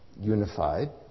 unified